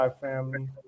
family